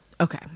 okay